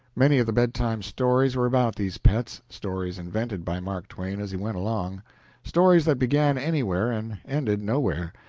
many of the bed-time stories were about these pets stories invented by mark twain as he went along stories that began anywhere and ended nowhere,